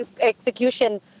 execution